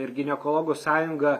ir ginekologų sąjunga